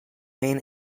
main